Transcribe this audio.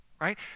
right